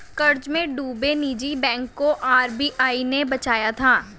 कर्ज में डूबे निजी बैंक को आर.बी.आई ने बचाया था